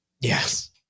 Yes